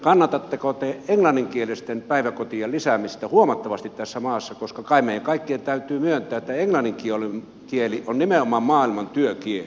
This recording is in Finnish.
kannatatteko te englanninkielisten päiväkotien lisäämistä huomattavasti tässä maassa koska kai meidän kaikkien täytyy myöntää että englannin kieli on nimenomaan maailman työkieli